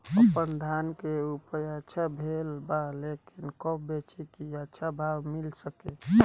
आपनधान के उपज अच्छा भेल बा लेकिन कब बेची कि अच्छा भाव मिल सके?